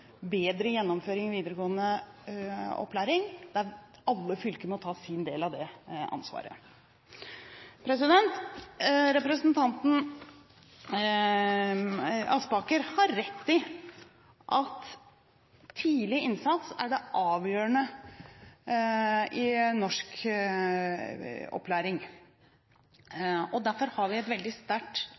bedre gjennomføring i videregående opplæring, der alle fylkene må ta sin del av det ansvaret. Representanten Aspaker har rett i at tidlig innsats er det avgjørende i opplæringen. Derfor fokuserer vi veldig sterkt